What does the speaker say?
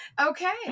Okay